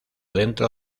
dentro